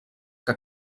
que